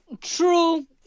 true